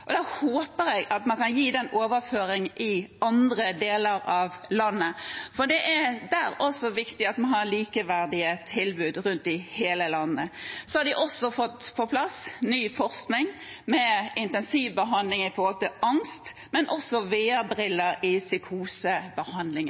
håper at man kan overføre dette til andre deler av landet, for det er også her viktig at vi har likeverdige tilbud rundt om i hele landet. De har også fått på plass ny forskning på intensivbehandling av angst og også på bruk av VR-briller i psykosebehandlingen.